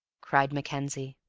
cried mackenzie.